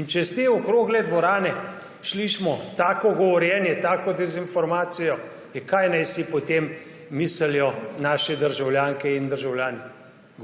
In če iz te okrogle dvorane slišimo tako govorjenje, tako dezinformacijo, ja, kaj naj si potem mislijo naše državljanke in državljani.